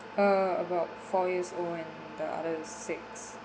uh about four years old and the other is six